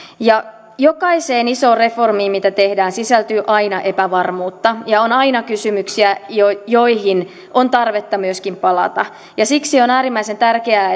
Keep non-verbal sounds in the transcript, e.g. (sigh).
jokaiseen isoon reformiin mitä tehdään sisältyy aina epävarmuutta ja on aina kysymyksiä joihin joihin on tarvetta myöskin palata siksi on äärimmäisen tärkeää (unintelligible)